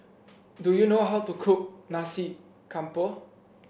do you know how to cook Nasi Campur